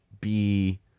be-